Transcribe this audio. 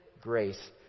grace